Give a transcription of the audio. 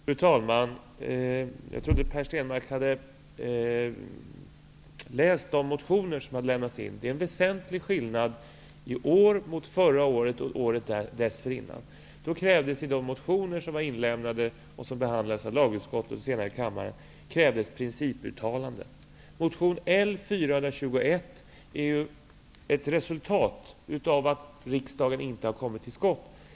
Fru talman! Jag trodde att Per Stenmarck hade läst de motioner som hade väckts. Det är en väsentlig skillnad i år mot förra året och året dess förinnan. Då krävdes principuttalanden i de motioner som hade väckts och behandlats i lagutskottet och sedan i kammaren. Motion L421 är ett resultat av att riksdagen inte har kommit till skott.